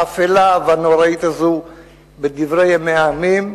האפלה והנוראית הזאת בדברי ימי העמים,